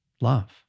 love